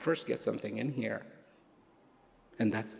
first get something in here and that's